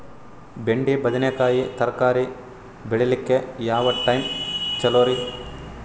ಬೆಂಡಿ ಬದನೆಕಾಯಿ ತರಕಾರಿ ಬೇಳಿಲಿಕ್ಕೆ ಯಾವ ಟೈಮ್ ಚಲೋರಿ?